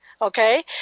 Okay